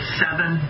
seven